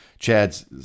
Chad's